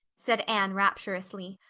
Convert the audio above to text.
said anne rapturously.